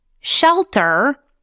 shelter